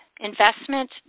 investment